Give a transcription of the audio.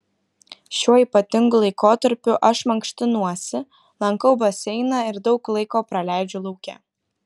šiuo ypatingu laikotarpiu aš mankštinuosi lankau baseiną ir daug laiko praleidžiu lauke